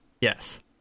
Yes